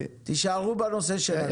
תישארו בנושא שלנו.